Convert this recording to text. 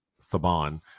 Saban